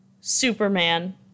Superman